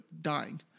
dying